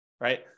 right